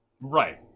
Right